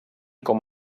com